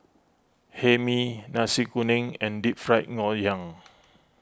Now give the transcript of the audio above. Hae Mee Nasi Kuning and Deep Fried Ngoh Hiang